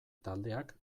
taldeak